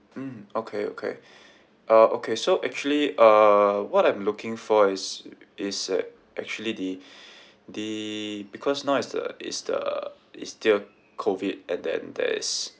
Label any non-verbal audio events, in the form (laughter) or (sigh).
mm okay okay uh okay so actually uh what I'm looking for is (noise) is uh actually the (breath) the because now is the is the is still COVID and then there is